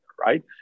right